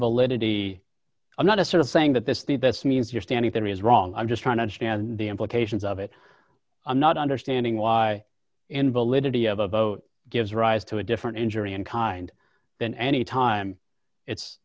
validity are not a sort of saying that this is the best means your standing theory is wrong i'm just trying to understand the implications of it and not understanding why in validity of a vote gives rise to a different injury in kind than any time it's